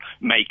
make